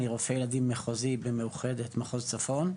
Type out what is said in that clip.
אני רופא ילדים מחוזי במאוחדת מחוז צפון.